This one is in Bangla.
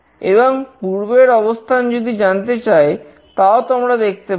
এবং পূর্বের অবস্থান যদি জানতে চাই তাও তোমরা দেখতে পাবে